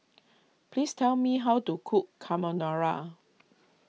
please tell me how to cook Carbonara